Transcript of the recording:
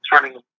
turning